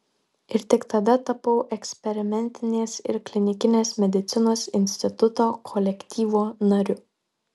ir tik tada tapau eksperimentinės ir klinikinės medicinos instituto kolektyvo nariu